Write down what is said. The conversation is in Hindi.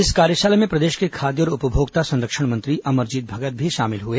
इस कार्यशाला में प्रदेश के खाद्य और उपभोक्ता संरक्षण मंत्री अमरजीत भगत भी शामिल हुए